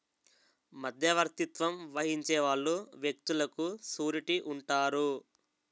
మధ్యవర్తిత్వం వహించే వాళ్ళు వ్యక్తులకు సూరిటీ ఉంటారు